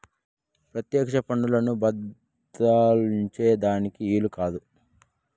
పెత్యెక్ష పన్నులను బద్దలాయించే దానికి ఈలు కాదు